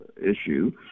issue